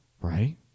right